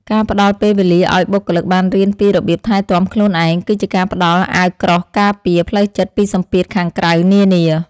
ការផ្ដល់ពេលវេលាឱ្យបុគ្គលិកបានរៀនពីរបៀបថែទាំខ្លួនឯង គឺជាការផ្ដល់អាវក្រោះការពារផ្លូវចិត្តពីសម្ពាធខាងក្រៅនានា។